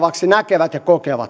ei ole